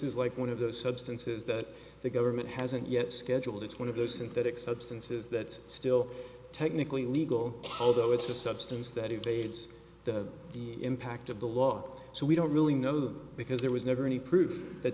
is like one of those substances that the government hasn't yet scheduled it's one of those synthetic substances that's still technically legal although it's a substance that invades the impact of the law so we don't really know because there was never any proof that